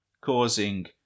causing